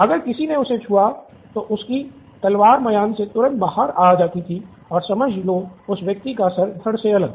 अगर किसी ने उसे छुआ है तो उसकी तलवार मायान से तुरंत बाहर आ जाती थी और समझ लो उस व्यक्ति का सिर धड़ से अलग